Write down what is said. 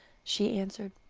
she answered.